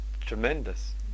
tremendous